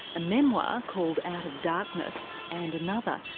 a memoir called out of darkness, and another,